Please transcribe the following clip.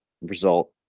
result